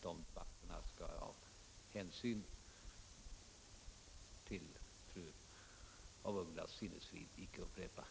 De debatterna skall jag av hänsyn till fru af Ugglas sinnesfrid icke återge.